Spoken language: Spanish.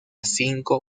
cinco